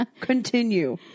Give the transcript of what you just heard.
Continue